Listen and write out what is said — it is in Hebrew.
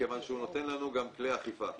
מכיוון שהוא נותן לנו גם כלי אכיפה.